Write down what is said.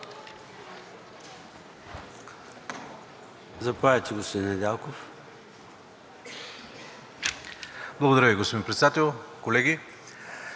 Благодаря Ви, господин Председател. Колеги,